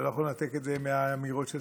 אתה לא יכול לנתק את זה מהאמירות של